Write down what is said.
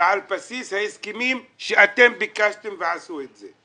ועל בסיס ההסכמים שאתם ביקשתם ועשו אותם.